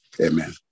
Amen